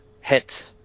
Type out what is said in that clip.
hit